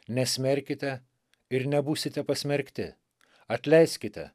nesmerkite ir nebūsite pasmerkti atleiskite